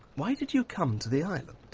why did you come to the island?